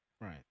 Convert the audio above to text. Right